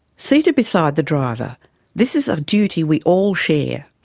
seated beside the driver this is a duty we all share.